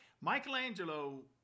Michelangelo